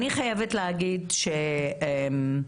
אני חייבת להגיד שאני